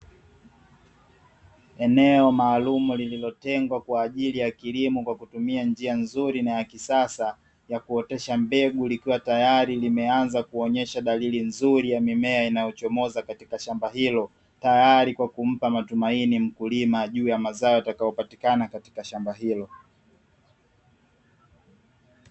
Eneo maalumu lililotengwa kwa ajili ya kilimo kwa kutumia njia nzuri na ya kisasa ya kuotesha mbegu, likiwa tayari limeanza kuonyesha dalili nzuri ya mimea inayochomoza katika shamba hilo, tayari kwa kumpa matumaini mkulima juu ya mazao yatakayopatiakana katika shamba hilo.